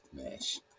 mesh